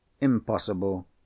Impossible